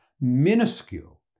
minuscule